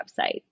website